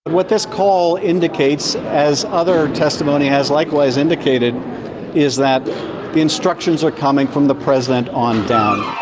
what this call indicates as other testimony has likewise indicated is that the instructions are coming from the president on down